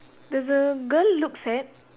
there's a girl looks at